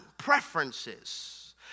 Preferences